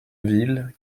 ville